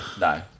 No